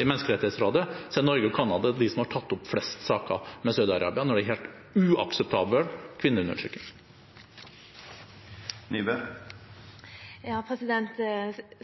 i Menneskerettighetsrådet er Norge og Canada de som har tatt opp flest saker med Saudi-Arabia når det er helt uakseptabel kvinneundertrykking.